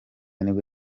nibwo